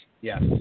Yes